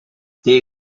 they